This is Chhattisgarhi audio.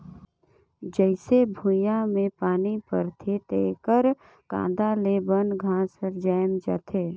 जईसे भुइयां में पानी परथे तेकर कांदा ले बन घास हर जायम जाथे